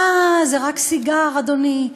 אה, זה רק סיגר, אדוני.